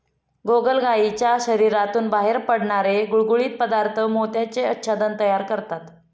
गोगलगायीच्या शरीरातून बाहेर पडणारे गुळगुळीत पदार्थ मोत्याचे आच्छादन तयार करतात